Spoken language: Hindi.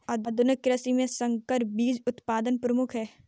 आधुनिक कृषि में संकर बीज उत्पादन प्रमुख है